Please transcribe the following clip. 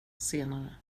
senare